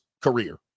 career